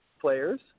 players